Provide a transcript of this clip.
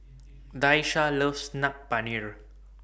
Daisha loves Saag Paneer